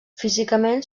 físicament